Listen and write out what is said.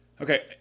Okay